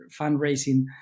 fundraising